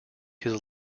his